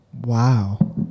Wow